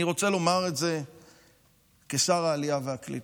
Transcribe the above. אני רוצה לומר את זה כשר העלייה והקליטה.